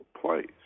place